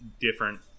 different